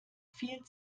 viel